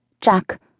Jack